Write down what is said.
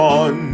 on